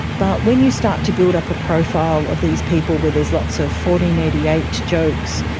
but when you start to build up a profile of these people where there's lots of fourteen eighty eight jokes,